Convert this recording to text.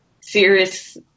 serious